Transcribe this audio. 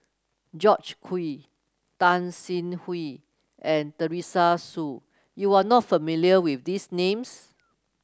George Quek Tan Sin and Teresa Hsu you are not familiar with these names